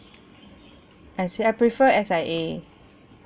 S I I prefer S_I_A